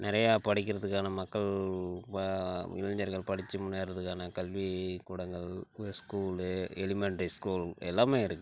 நிறையா படிக்கிறத்துக்கான மக்கள் வ இளைஞர்கள் படிச்சு முன்னேறுறதுக்கான கல்விக்கூடங்கள் ஸ்கூல்லு எலிமெண்ட்ரி ஸ்கூல் எல்லாமே இருக்குது